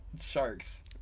sharks